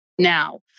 Now